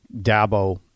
Dabo